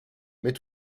mais